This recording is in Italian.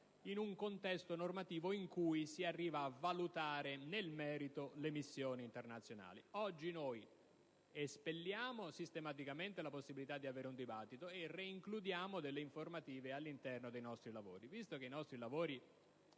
in un contesto normativo in cui si arriva a valutare nel merito le missioni internazionali. Oggi espelliamo sistematicamente la possibilità di avere un dibattito e reincludiamo delle informative all'interno dei nostri lavori. Visto che i nostri lavori